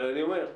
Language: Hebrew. אבל אני אומר,